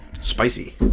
Spicy